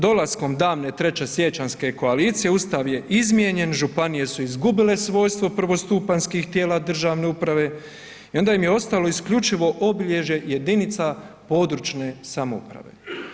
Dolaskom davne 3.-siječanjske koalicije, Ustav je izmijenjen, županije su izgubile svojstvo prvostupanjskih tijela državne uprave i onda im je ostalo isključivo obilježje jedinica područne samouprave.